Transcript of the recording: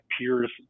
peers